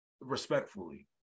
respectfully